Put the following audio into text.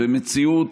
במציאות